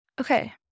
Okay